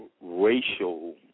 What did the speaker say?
racial